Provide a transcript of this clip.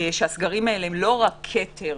שהם לא רק כתר